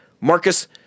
Marcus